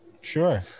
Sure